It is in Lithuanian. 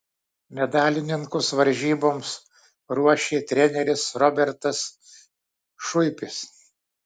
medalininkus varžyboms ruošė treneris robertas šuipis